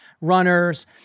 runners